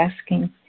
asking